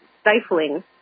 stifling